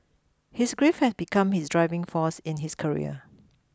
his grief had become his driving force in his career